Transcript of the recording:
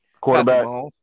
quarterback